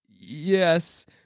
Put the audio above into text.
Yes